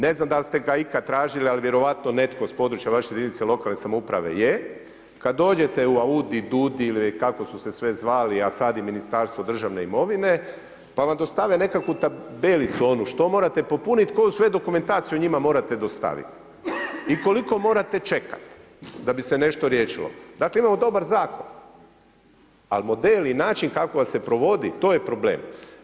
Ne znam da li ste ga ikad tražili, a vjerojatno netko s područja vaše jedinice lokalne samouprave je, kada dođete u AUDI, DUUDI ili kako su sve zvali, a sada je Ministarstvo državne imovine pa vam dostave nekakvu tabelicu onu što morate popuniti, koju sve dokumentaciju njima morate dostaviti i koliko morate čekati da bi se nešto riješilo, dakle imamo dobar zakon, ali model i način kako ga se provodi to je problem.